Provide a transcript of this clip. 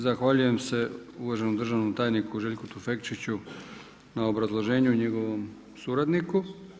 Zahvaljujem se uvaženom državnom tajniku Željku Tufekčiću na obrazloženju i njegovom suradniku.